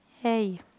Hey